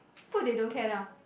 so they don't care lah